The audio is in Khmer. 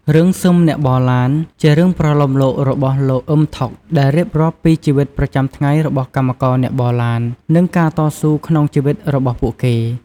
រឿងស៊ឹមអ្នកបរឡាន ជារឿងប្រលោមលោករបស់ លោក អ៊ឹម ថុក ដែលរៀបរាប់ពីជីវិតប្រចាំថ្ងៃរបស់កម្មករអ្នកបរឡាន និងការតស៊ូក្នុងជីវិតរបស់ពួកគេ។